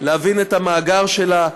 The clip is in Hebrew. להבין את המאגר שלה,